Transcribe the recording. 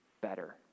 better